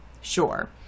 sure